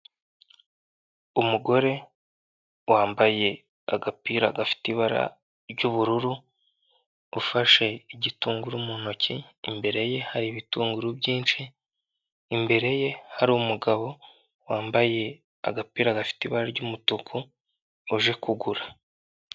Umugore wambaye agapira gafite ibara ry'ubururu ufashe igitunguru mu ntoki imbere ye hari ibitunguru byinshi, imbere ye hari umugabo wambaye agapira gafite ibara ry'umutuku uje kugura.